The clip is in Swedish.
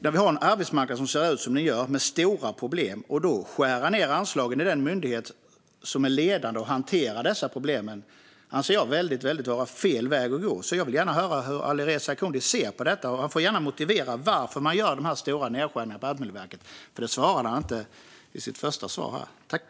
När vi har en arbetsmarknad som ser ut som den gör och som har stora problem anser jag att det är fel väg att gå att skära ned anslaget till den myndighet som är ledande i att hantera dessa problem. Jag vill gärna höra hur Alireza Akhondi ser på detta. Han får gärna motivera varför man gör de här stora nedskärningarna på Arbetsmiljöverket, för det svarade han inte på i sin första replik.